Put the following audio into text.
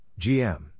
GM